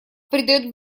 придает